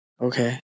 Okay